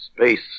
space